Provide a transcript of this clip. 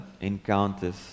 encounters